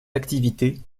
activités